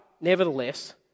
nevertheless